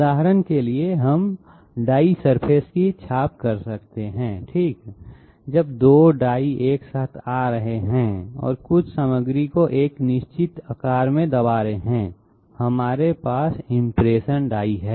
उदाहरण के लिए हम डाई सरफेस की छाप कर सकते हैं ठीक जब दो डाई एक साथ आ रहे हैं और कुछ सामग्री को एक निश्चित आकार में दबा रहे हैं हमारे पास इंप्रेशन डाई है